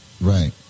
Right